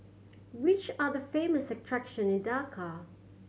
which are the famous attraction in Dhaka